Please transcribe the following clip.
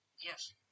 Yes